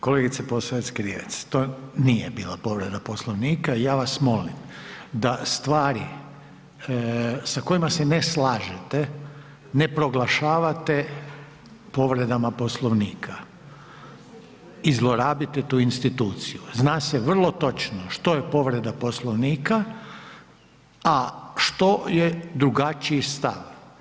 Kolegice Posavec-Krivec, to nije bila povreda Poslovnika i ja vas molim da stvari sa kojima se ne slažete ne proglašavate povredama Poslovnika i zlorabite tu instituciju, zna se vrlo točno što je povreda Poslovnika, a što je drugačiji stav.